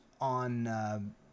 on